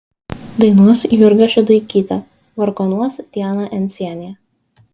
dainuos jurga šeduikytė vargonuos diana encienė